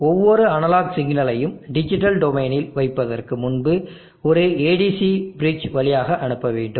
ஒவ்வொரு அனலாக் சிக்னலையும் டிஜிட்டல் டொமைனில் வைப்பதற்கு முன்பு ஒரு ADC பிரிட்ஜ் வழியாக அனுப்ப வேண்டும்